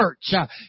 church